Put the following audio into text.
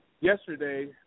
Yesterday